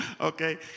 Okay